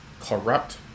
corrupt